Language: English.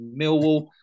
Millwall